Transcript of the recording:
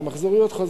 יש מחזוריות.